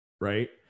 right